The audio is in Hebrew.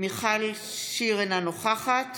מיכל שיר אינה נוכחת